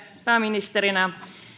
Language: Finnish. pääministerinä uskotte